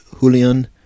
Julian